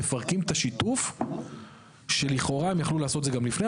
מפרקים את השיתוף שלכאורה הם יכלו לעשות את זה גם לפני,